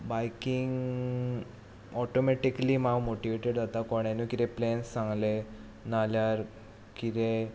biking automatically हांव motivated जाता कोणेनूय कितें प्लॅन सांगले नाजाल्यार कितें